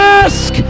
ask